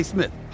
Smith